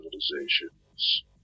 civilizations